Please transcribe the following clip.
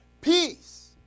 Peace